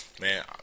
man